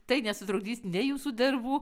tai nesutrukdys nei jūsų darbų